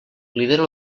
lidera